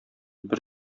бер